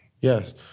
yes